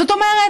זאת אומרת,